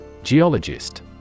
Geologist